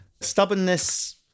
Stubbornness